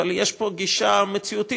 אבל יש פה גישה מציאותית,